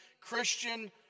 Christian